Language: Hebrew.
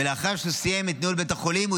ולאחר שהוא סיים את ניהול בית החולים הוא